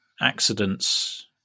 accidents